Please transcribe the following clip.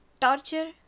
torture